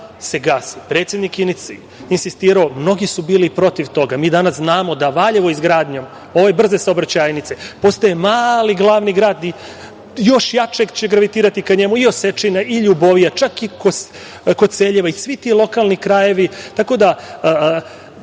se gasi. Predsednik je insistirao, mnogi su bili protiv toga. Mi danas znamo da Valjevo, izgradnjom ove brze saobraćajnice, postaje mali glavni grad i još jače će gravitirati ka njemu i Osečina i Ljubovija, čak i Koceljeva i svi ti lokalni krajevi. Tako da,